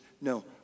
No